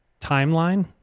timeline